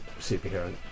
superhero